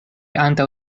antaŭ